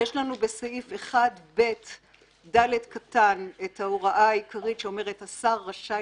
יש לנו בסעיף 1ב (ד) את ההוראה העיקרית שאומרת: "השר רשאי